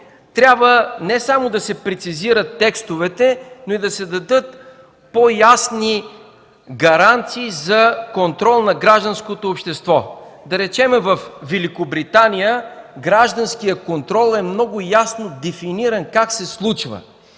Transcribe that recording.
трябва не само да се прецизират текстовете, но и да се дадат по-ясни гаранции за контрол на гражданското общество. Във Великобритания гражданският контрол е много ясно дефиниран как се случва